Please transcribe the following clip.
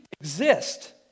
exist